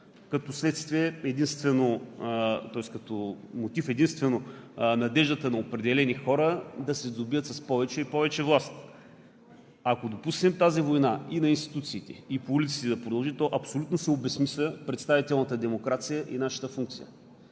още повече обществото, имат като мотив единствено надеждата на определени хора да се сдобият с повече и повече власт. Ако допуснем тази война – и на институциите, и по улиците, да продължи, то абсолютно се обезсмисля представителната демокрация и нашата функция.